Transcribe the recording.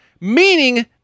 meaning